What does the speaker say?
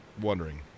wondering